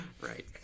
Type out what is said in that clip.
Right